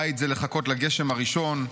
בית זה לחכות לגשם הראשון,